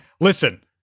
listen